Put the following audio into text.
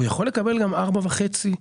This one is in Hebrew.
הוא יכול לקבל גם 4.5 ויותר.